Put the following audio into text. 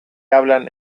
hablan